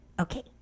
Okay